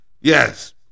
Yes